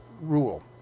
rule